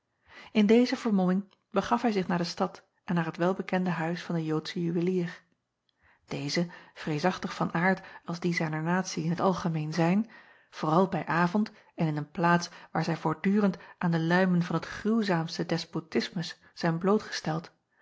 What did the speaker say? n deze vermomming begaf hij zich naar de stad en naar het welbekende huis van den joodschen juwelier eze vreesachtig van aard als die zijner natie in t algemeen zijn vooral bij avond en in een plaats waar zij voortdurend aan de luimen van t gruwzaamste despotismus zijn blootgesteld